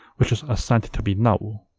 which is assigned to be null.